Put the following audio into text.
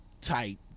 type